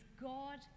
God